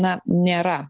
na nėra